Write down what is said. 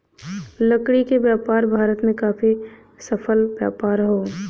लकड़ी क व्यापार भारत में काफी सफल व्यापार हौ